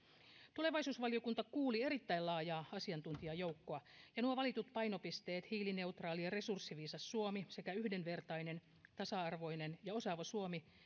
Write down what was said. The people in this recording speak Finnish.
tulevaisuusvaliokunta kuuli erittäin laajaa asiantuntijajoukkoa ja nuo valitut painopisteet hiilineutraali ja resurssiviisas suomi sekä yhdenvertainen tasa arvoinen ja osaava suomi